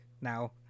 now